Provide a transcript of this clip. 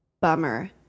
bummer